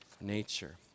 nature